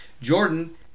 Jordan